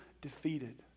defeated